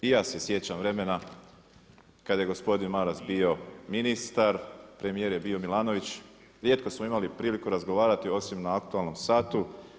I ja se sjećam vremena kada je gospodin Maras bio ministar, premijer je bio Milanović, rijetko smo imali priliku razgovarati osim na aktualnom satu.